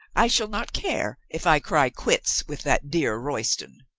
i shall not care, if i cry quits with that dear royston.